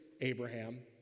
Abraham